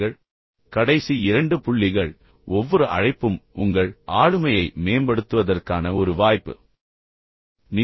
நான் முடிப்பதற்கு சற்று முன்பு கடைசி இரண்டு புள்ளிகள் ஒவ்வொரு அழைப்பும் உங்கள் ஆளுமையை மேம்படுத்துவதற்கான ஒரு வாய்ப்பு என்பதை நினைவில் கொள்ளுங்கள்